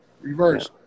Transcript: Reverse